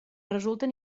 resulten